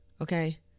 okay